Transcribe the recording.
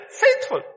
faithful